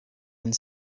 and